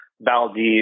Valdez